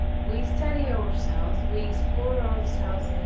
we study ourselves we explore ourselves.